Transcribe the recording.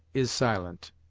is silent!